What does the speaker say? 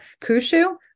Kushu